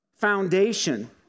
foundation